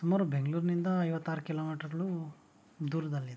ಸುಮಾರು ಬೆಂಗ್ಳೂರಿನಿಂದ ಐವತ್ತಾರು ಕಿಲೋಮೀಟ್ರುಗಳು ದೂರದಲ್ಲಿದೆ